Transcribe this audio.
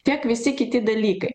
tiek visi kiti dalykai